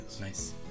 nice